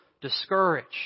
discouraged